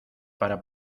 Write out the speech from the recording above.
para